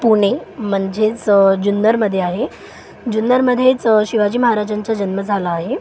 पुणे म्हणजेच जुन्नरमध्ये आहे जुन्नरमध्येच शिवाजी महाराजांचा जन्म झाला आहे